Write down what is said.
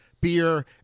beer